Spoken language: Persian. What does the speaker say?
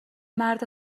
مرد